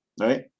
right